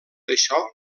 això